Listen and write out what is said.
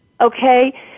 okay